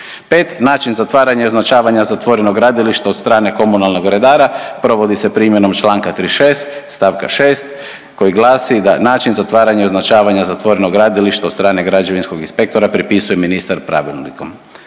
„5. način zatvaranja i označavanja zatvorenog gradilišta od strane komunalnog redara provodi se primjenom članka 36. stavka 6. koji glasi da način zatvaranja i označavanja zatvorenog gradilišta od strane građevinskog inspektora propisuje ministar pravilnikom.